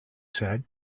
said